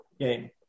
game